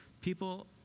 People